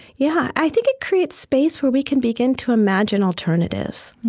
yeah. i think it creates space where we can begin to imagine alternatives.